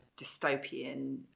dystopian